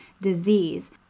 disease